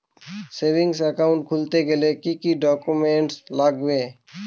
Savings account খুলতে গেলে কি কি ডকুমেন্টস লাগবে?